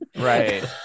Right